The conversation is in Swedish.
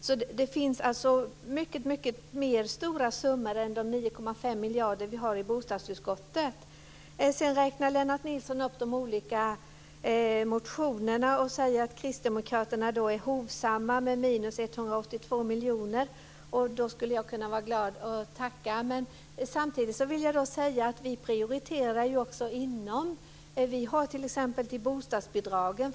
Summan är alltså mycket större än de Sedan räknar Lennart Nilsson upp de olika motionerna. Han sade att kristdemokraterna är hovsamma som ligger på minus 182 miljoner. Det skulle jag kunna tacka för, men samtidigt vill jag säga att vi prioriterar inom området.